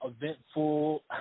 eventful